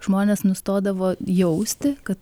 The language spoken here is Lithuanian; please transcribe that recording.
žmonės nustodavo jausti kad